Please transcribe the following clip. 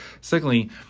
Secondly